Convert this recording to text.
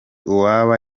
uwaba